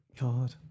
God